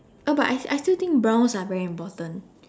oh but I I still think brows are very important